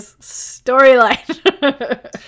storyline